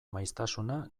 maiztasuna